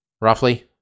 roughly